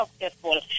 successful